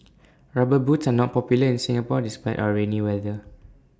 rubber boots are not popular in Singapore despite our rainy weather